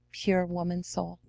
pure woman soul.